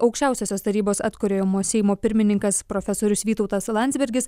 aukščiausiosios tarybos atkuriamojo seimo pirmininkas profesorius vytautas landsbergis